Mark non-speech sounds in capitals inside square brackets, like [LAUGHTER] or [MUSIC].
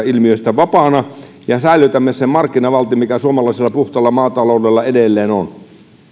[UNINTELLIGIBLE] ilmiöistä vapaana ja säilytämme sen markkinavaltin mikä suomalaisella puhtaalla maataloudella edelleen on